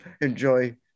enjoy